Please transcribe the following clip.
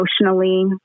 emotionally